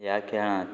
ह्या खेळांत